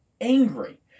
angry